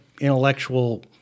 intellectual